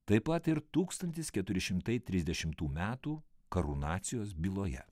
taip pat ir tūkstantis keturi šimtai trisdešimtų metų karūnacijos byloje